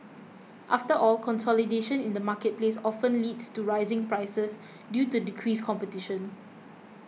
after all consolidation in the marketplace often leads to rising prices due to decreased competition